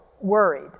worried